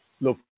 Look